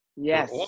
Yes